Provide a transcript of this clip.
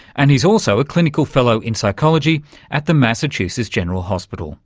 and he's also a clinical fellow in psychology at the massachusetts general hospital.